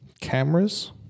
cameras